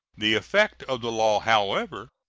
the effect of the law, however,